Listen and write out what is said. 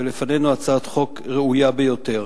ולפנינו הצעת חוק ראויה ביותר.